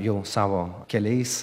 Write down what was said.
jau savo keliais